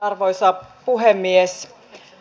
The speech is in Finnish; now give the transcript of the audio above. arvoisa puhemies